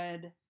good